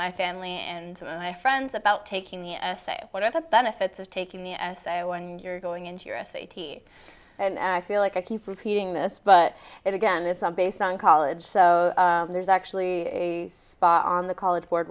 my family and my friends about taking the essay what are the benefits of taking the essay when you're going into your s a t s and i feel like i keep repeating this but it again it's all based on college so there's actually a spot on the college board